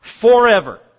forever